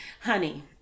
honey